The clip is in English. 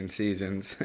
seasons